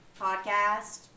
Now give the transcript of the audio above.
podcast